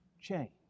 change